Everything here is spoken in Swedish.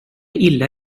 illa